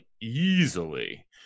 easily